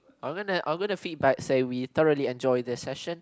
I'm gonna I'm gonna feedback say we thoroughly enjoy this session